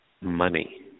money